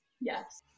Yes